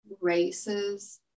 races